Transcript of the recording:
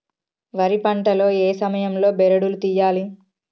వరి పంట లో ఏ సమయం లో బెరడు లు తియ్యాలి?